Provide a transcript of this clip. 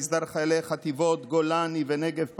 במסדר חיילי חטיבות גולני ונגב פלמ"ח,